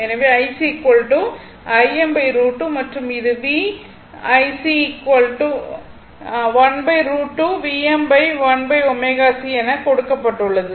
எனவே IC Im√2 மற்றும் இது Vஎன கொடுக்கப்பட்டுள்ளது